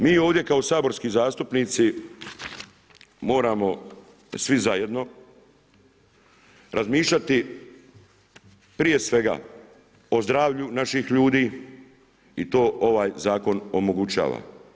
Mi ovdje kao saborski zastupnici moramo svi zajedno razmišljati prije svega o zdravlju naših ljudi i to ovaj zakon omogućava.